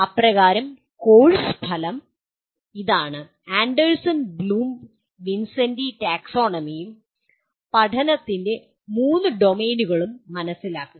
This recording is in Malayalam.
അപ്രകാരം കോഴ്സ് ഫലം ഇതാണ് ആൻഡേഴ്സൺ ബ്ലൂം വിൻസെൻ്റി ടാക്സോണമിയും പഠനത്തിന്റെ മൂന്ന് ഡൊമെയ്നുകളും മനസ്സിലാക്കുക